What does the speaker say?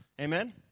Amen